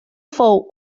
fou